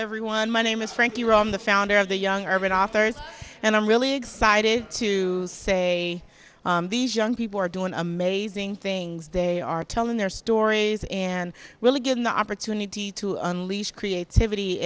everyone my name is frank you're on the founder of the young urban authors and i'm really excited to say these young people are doing amazing things they are telling their stories and really given the opportunity to unleash creativity